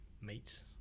meet